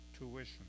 tuition